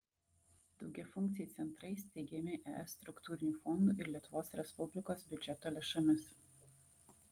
daugiafunkciai centrai steigiami es struktūrinių fondų ir lietuvos respublikos biudžeto lėšomis